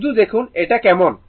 শুধু দেখুন এটা কেমন